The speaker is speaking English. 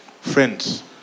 Friends